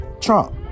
Trump